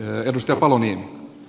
arvoisa puhemies